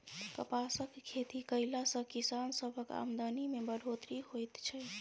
कपासक खेती कएला से किसान सबक आमदनी में बढ़ोत्तरी होएत छै